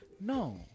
No